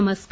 नमस्कार